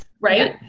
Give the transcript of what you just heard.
right